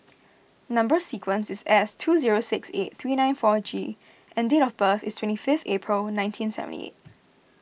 Number Sequence is S two zero six eight three nine four G and date of birth is twenty fifth April nineteen seventy eight